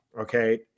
Okay